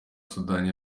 sudani